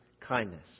kindness